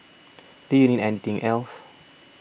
do you need anything else